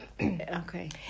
Okay